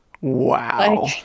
wow